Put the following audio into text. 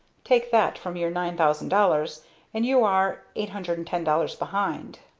take that from your nine thousand dollars and you are eight hundred and ten dollars behind.